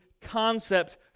concept